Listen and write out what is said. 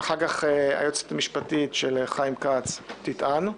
אחר כך היועצת המשפטית של חיים כץ תטען.